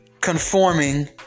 conforming